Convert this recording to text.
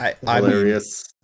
hilarious